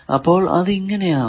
അപ്പോൾ അത് ഇങ്ങനെ ആകും